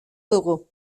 dugu